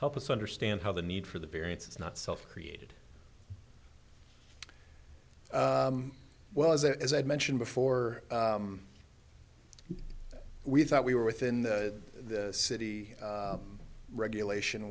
help us understand how the need for the variance is not self created well as as i mentioned before we thought we were within the city regulation